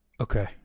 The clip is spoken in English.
okay